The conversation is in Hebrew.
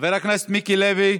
חבר הכנסת מיקי לוי,